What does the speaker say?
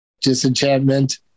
Disenchantment